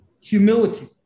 humility